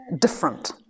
Different